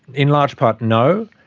in large part no,